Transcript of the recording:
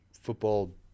football